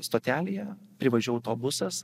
stotelėje privažiuoja autobusas